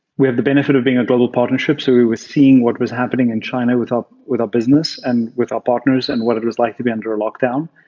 we have the benefit of being a global partnership so we were seeing what was happening in china with our with our business, and with our partners, and what it was like to be under a lockdown.